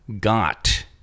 got